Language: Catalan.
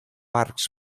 arcs